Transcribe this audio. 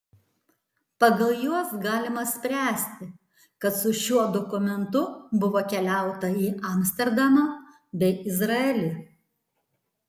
pagal juos galima spręsti kad su šiuo dokumentu buvo keliauta į amsterdamą bei izraelį